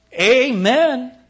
Amen